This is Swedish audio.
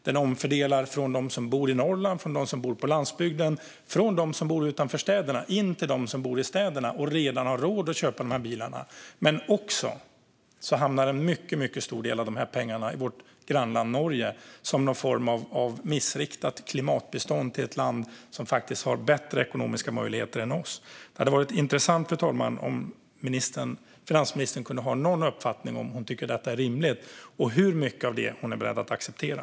Den omfördelar från dem som bor i Norrland, på landsbygden och utanför städerna in till dem som bor i städerna och redan har råd att köpa de här bilarna. Men en mycket stor del av de här pengarna hamnar också i vårt grannland Norge som någon form av missriktat klimatbistånd till ett land som faktiskt har bättre ekonomiska möjligheter än vi. Det hade varit intressant, fru talman, om finansministern kunde berätta om hon har någon uppfattning om att detta är rimligt eller inte och hur mycket av detta som hon är beredd att acceptera.